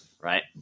Right